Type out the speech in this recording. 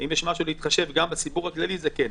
האם יש משהו להתחשב גם בסיפור הכללי, זה כן.